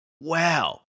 Wow